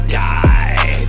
die